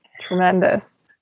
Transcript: tremendous